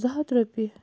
زٕ ہَتھ رۄپیہِ